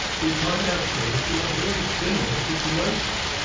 we find ourselves in a very similar situation.